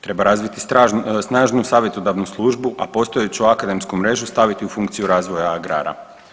Treba razviti snažnu savjetodavnu službu, a postojeću akademsku mrežu staviti u funkciju razvoja agrara.